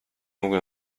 mogłem